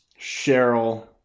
Cheryl